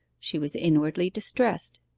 she was inwardly distressed.